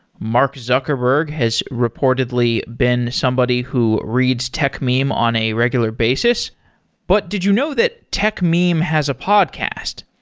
mark zuckerberg has reportedly been somebody who reads techmeme on a regular basis but did you know that techmeme has a podcast?